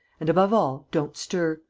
and, above all, don't stir.